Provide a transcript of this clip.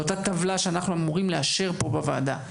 אותה טבלה שאנחנו אמורים לאשר פה בוועדה.